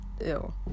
ew